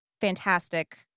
fantastic